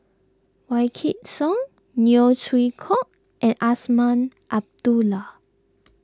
Wykidd Song Neo Chwee Kok and Azman Abdullah